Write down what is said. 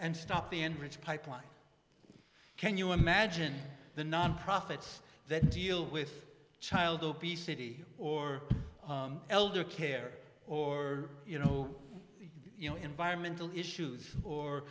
and stop the enriched pipeline can you imagine the non profits that deal with child obesity or elder care or you know you know environmental issues or